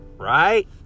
right